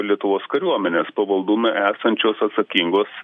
lietuvos kariuomenės pavaldume esančios atsakingos